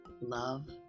Love